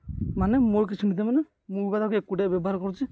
ମାନେ ମୋର କିଛି ମାନେ ମୁଁ ବା ତାକୁ ଏକୁଟିଆ ବ୍ୟବହାର କରୁଛି